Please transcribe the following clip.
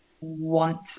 want